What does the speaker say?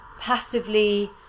passively